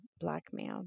blackmail